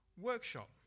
workshop